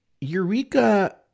Eureka